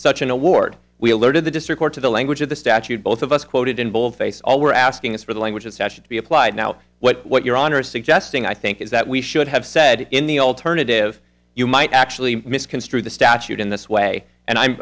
such an award we alerted the district court to the language of the statute both of us quoted in bold face all we're asking is for the language especially to be applied now what your honor is suggesting i think is that we should have said in the alternative you might actually misconstrue the statute in this way and i'm